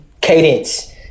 cadence